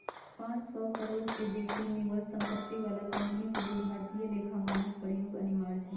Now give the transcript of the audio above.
पांन सौ करोड़ से बेशी निवल सम्पत्ति बला कंपनी के लेल भारतीय लेखा मानक प्रयोग अनिवार्य हइ